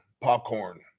popcorn